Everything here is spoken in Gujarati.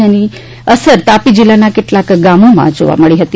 જેની અસર તાપી જિલ્લાના કેટલાંક ગામોમાં જોવા મળી હતી